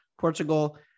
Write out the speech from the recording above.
Portugal